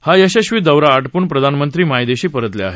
हा यशस्वी दौरा आटोपून प्रधानमंत्री मायदेशी परतले आहेत